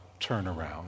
turnaround